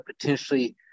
potentially